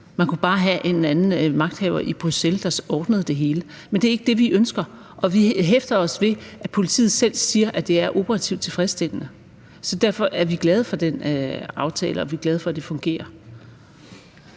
man kunne bare have en anden magthaver i Bruxelles, der så ordnede det hele. Men det er ikke det, vi ønsker. Og vi hæfter os ved, at politiet selv siger, at det er operativt tilfredsstillende. Så derfor er vi glade for den aftale, og vi er glade for, at det fungerer.